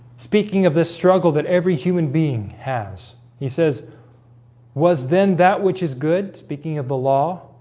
speaking of this struggle that every human being has he says was then that which is good speaking of the law